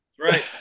Right